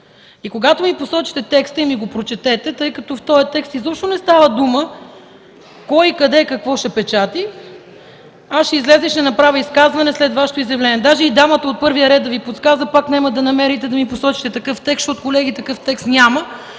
Когато ми посочите текста и ми го прочетете, тъй като в този текст изобщо не става дума кой къде какво ще печата, аз ще изляза и ще направя изказване след Вашето изявление. Даже и дамата от първия ред да Ви подсказва, пак няма да намерите и да ми посочите такъв текст, защото, колеги, такъв текст няма!